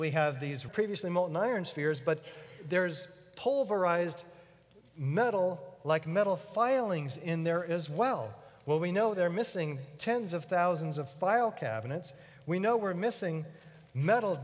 we have these are previously molten iron spheres but there's pulver arised metal like metal filings in there as well what we know they're missing tens of thousands of file cabinets we know were missing metal